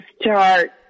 start